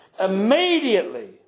Immediately